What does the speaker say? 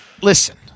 listen